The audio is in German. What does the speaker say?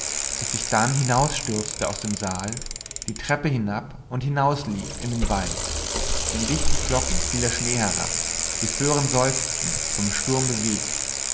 daß ich dann hinausstürzte aus dem saal die treppe hinab und hinauslief in den wald in dichten flocken fiel der schnee herab die föhren seufzten vom sturm bewegt